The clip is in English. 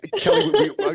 Kelly